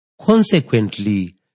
Consequently